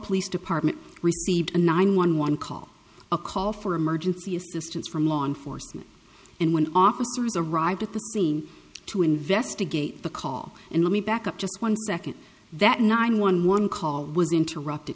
police department received a nine one one call a call for emergency assistance from law enforcement and when officers arrived at the scene to investigate the call and let me back up just one second that nine one one call was interrupted